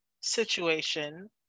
situation